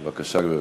בבקשה, גברתי.